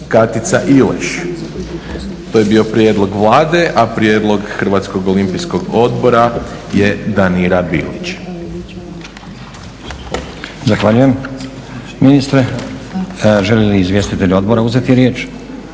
Katica Ileš. To je bio prijedlog Vlade, a prijedlog Hrvatskog olimpijskog odbora je Danira Bilić. **Stazić, Nenad (SDP)** Zahvaljujem ministre. Žele li izvjestitelji odbora uzeti riječ?